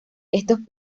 estos